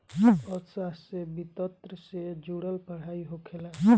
अर्थशास्त्र में वित्तसे से जुड़ल पढ़ाई होखेला